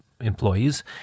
employees